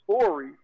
story